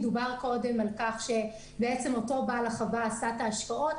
דובר קודם על כך שאותו בעל חווה עשה את ההשקעות.